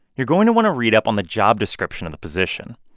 you're going to want to read up on the job description of the position.